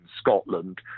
Scotland